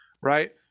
right